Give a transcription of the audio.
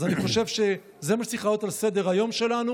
אז אני חושב שזה מה שצריך לעלות על סדר-היום שלנו,